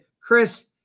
Chris